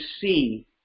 see